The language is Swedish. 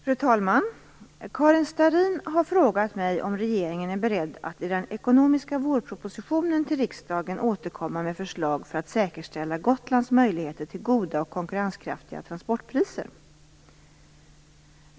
Fru talman! Karin Starrin har frågat mig om regeringen är beredd att i den ekonomiska vårpropositionen till riksdagen återkomma med förslag för att säkerställa Gotlands möjligheter till goda och konkurrenskraftiga transportpriser.